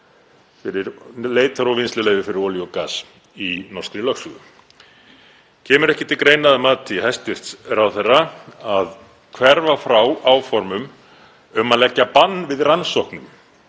53 ný leitar- og vinnsluleyfi fyrir olíu og gas í norskri lögsögu. Kemur ekki til greina að mati hæstv. ráðherra að hverfa frá áformum um að leggja bann við rannsóknum